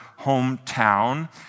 hometown